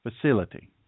facility